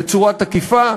בצורה תקיפה,